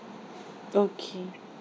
okay